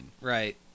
Right